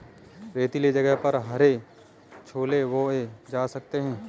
रेतीले जगह पर हरे छोले बोए जा सकते हैं